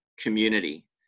community